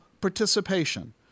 participation